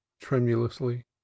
tremulously